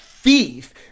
thief